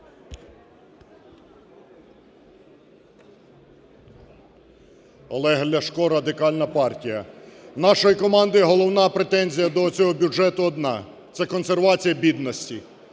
Олег Ляшко, Радикальна партія. У нашої команди головна претензія до цього бюджету одна – це консервація бідності.